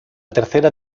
tercera